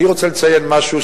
אני רוצה לציין משהו,